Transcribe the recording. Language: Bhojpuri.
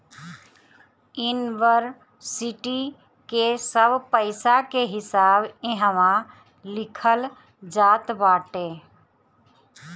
इन्वरसिटी के सब पईसा के हिसाब इहवा लिखल जात बाटे